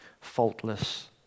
faultless